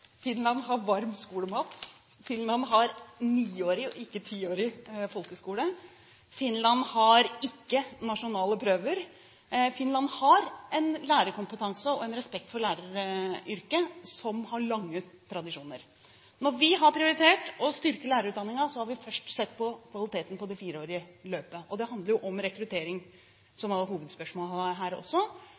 Finland har varm skolemat. Finland har niårig og ikke tiårig folkeskole. Finland har ikke nasjonale prøver. Finland har en lærerkompetanse og en respekt for læreryrket som har lange tradisjoner. Når vi har prioritert å styrke lærerutdanningen, har vi først sett på kvaliteten på det fireårige løpet. Det handler om rekruttering, som var hovedspørsmålet her.